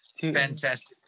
fantastic